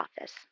office